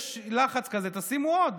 יש לחץ כזה, תשימו עוד.